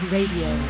Radio